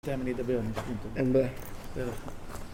בינתיים אני אדבר. אין בעיה. בסדר